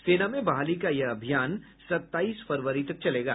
सेना में बहाली का यह अभियान सताईस फरवरी तक चलेगा